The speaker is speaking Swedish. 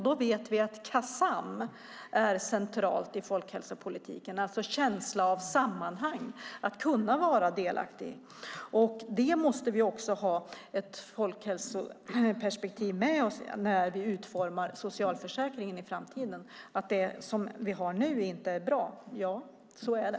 Vi vet att Kasam är centralt i folkhälsopolitiken, det vill säga känsla av sammanhang. Det handlar om att kunna vara delaktig. Vi måste ha ett folkhälsoperspektiv med oss när vi utformar socialförsäkringen i framtiden. Det som vi har nu är inte bra. Så är det.